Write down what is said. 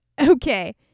okay